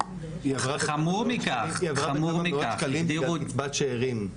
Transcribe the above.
היא עברה בכמה מאות שקלים בגלל הקצבת שארים,